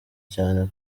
cyane